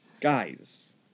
guys